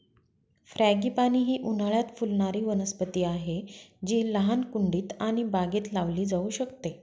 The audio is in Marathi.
फ्रॅगीपानी ही उन्हाळयात फुलणारी वनस्पती आहे जी लहान कुंडीत आणि बागेत लावली जाऊ शकते